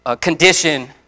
condition